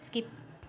skip